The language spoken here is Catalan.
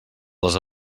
les